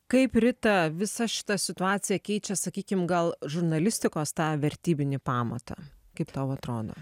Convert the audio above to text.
kaip rita visa šita situacija keičia sakykim gal žurnalistikos tą vertybinį pamatą kaip tau atrodo